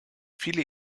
viele